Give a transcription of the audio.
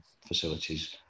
facilities